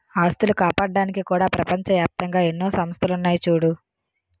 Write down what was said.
ఆస్తులు కాపాడ్డానికి కూడా ప్రపంచ ఏప్తంగా ఎన్నో సంస్థలున్నాయి చూడూ